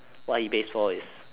what he pays for is